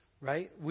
right